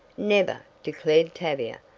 never! declared tavia.